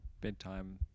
bedtime